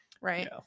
right